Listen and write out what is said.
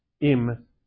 im